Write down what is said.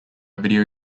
video